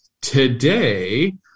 today